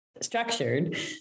structured